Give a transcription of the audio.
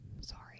sorry